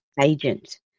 agent